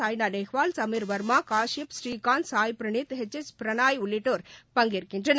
Saina Nehwal Sameer Verma Kashyap Srikanth Sai Praneeth H S பிரணர் உள்ளிட்டடோர் பங்கேற்கின்றனர்